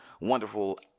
wonderful